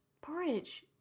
Porridge